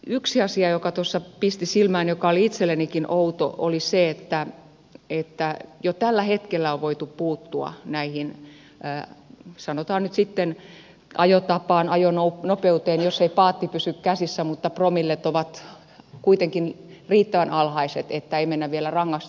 yksi asia joka tuossa pisti silmään joka oli itsellenikin outo oli se että jo tällä hetkellä on voitu puuttua näihin sanotaan nyt sitten ajotapaan ajonopeuteen jos ei paatti pysy käsissä mutta promillet ovat kuitenkin riittävän alhaiset niin että ei mennä vielä rangaistavuuden puolella